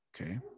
okay